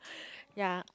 yeah